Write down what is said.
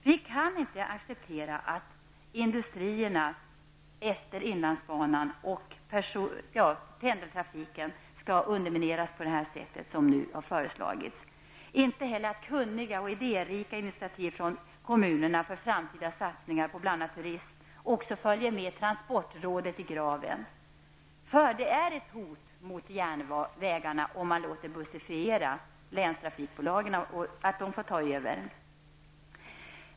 Vi kan inte acceptera att industrierna efter inlandsbanan och pendeltrafiken skall undermineras på det sätt som nu föreslagits. Vi kan inte heller acceptera att kunniga och idérika initiativ från kommuner för framtida satsningar på bl.a. turism också följer med transportrådet i graven. Det är ett hot mot järnvägarna om man låter ''bussifiera'' länstrafikbolagen och låter dem ta över.